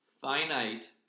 finite